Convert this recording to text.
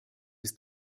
ist